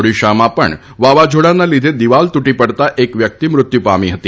ઓડિશામાં પણ વાવાઝોડાના લીધે દીવાલ તૂટી પડતાં એક વ્યક્તિ મૃત્યુ પામી હતી